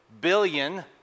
billion